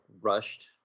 rushed